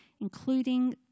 including